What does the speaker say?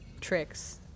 tricks